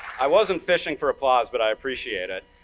i wasn't fishing for applause, but i appreciate it.